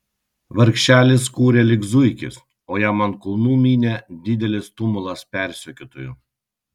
vargšelis kūrė lyg zuikis o jam ant kulnų mynė didelis tumulas persekiotojų